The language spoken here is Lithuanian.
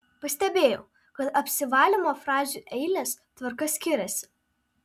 pastebėjau kad apsivalymo frazių eilės tvarka skiriasi